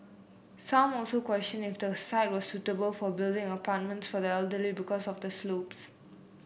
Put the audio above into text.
some also questioned if the site was suitable for building apartments for the elderly because of the slopes